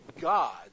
God